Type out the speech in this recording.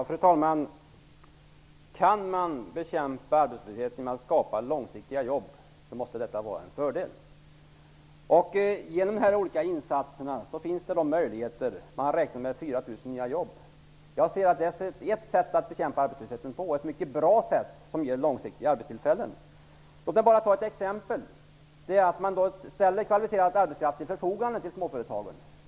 Fru talman! Om man kan bekämpa arbetslösheten genom att skapa långsiktiga jobb måste detta vara en fördel. Genom de olika insatserna finns det möjligheter -- man räknar med 4 000 nya jobb. Jag ser det som ett mycket bra sätt att bekämpa arbetslösheten, som ger långsiktiga arbetstillfällen. Låt mig bara ta ett exempel, som gäller att man ställer kvalificerad arbetskraft till förfogande för småföretagen.